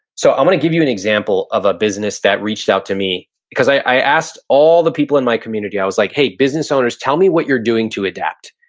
so i'm gonna give you an example of a business that reached out to me. because i asked all the people in my community, i was like, hey, business owners. tell me what you're doing to adapt.